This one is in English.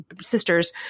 sisters